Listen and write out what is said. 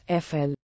FL